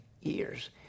years